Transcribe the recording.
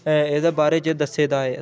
एह्दे बारे च दस्से दा ऐ